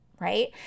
Right